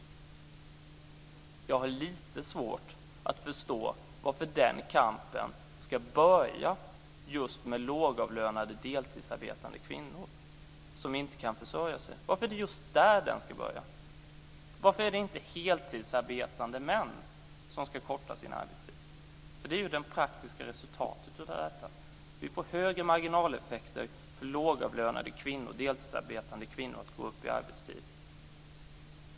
Men jag har lite svårt att förstå varför den kampen ska börja just med lågavlönade deltidsarbetande kvinnor som inte kan försörja sig. Varför är det just där det ska börja? Varför är det inte heltidsarbetande män som ska korta sin arbetstid? Det är ju det praktiska resultatet av detta. Vi får högre marginaleffekter för lågavlönade deltidsarbetande kvinnor som går upp i arbetstid.